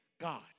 God